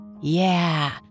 Yeah